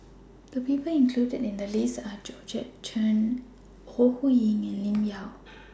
The People included in The list Are Georgette Chen Ore Huiying and Lim Yau